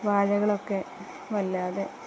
വാഴകളൊക്കെ വല്ലാതെ